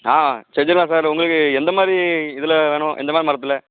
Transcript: ஆ செஞ்சிடலாம் சார் உங்களுக்கு எந்த மாதிரி இதில் வேணும் எந்த மாதிரி மரத்தில்